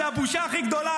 זו הבושה הכי גדולה,